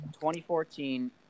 2014 –